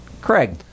Craig